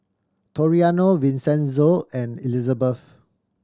Toriano Vincenzo and Elizebeth